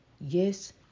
yes